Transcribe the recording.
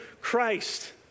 Christ